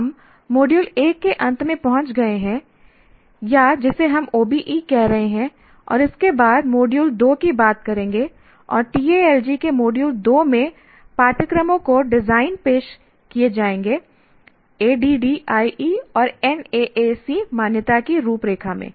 हम मॉड्यूल 1 के अंत में पहुंच गए हैं या जिसे हम OBE कह रहे हैं और इसके बाद मॉड्यूल 2 की बात करेंगे और TALG के मॉड्यूल 2 में पाठ्यक्रमों के डिजाइन पेश किए जाएंगे ADDIE और NAAC मान्यता की रूपरेखा में